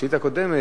השאילתא הקודמת,